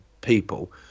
people